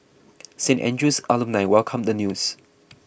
Saint Andrew's alumni welcomed the news